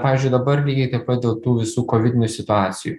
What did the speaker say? pavyzdžiui dabar lygiai taip pat dėl tų visų kovidinių situacijų